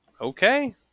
Okay